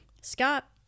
Scott